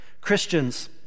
Christians